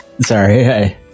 Sorry